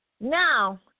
Now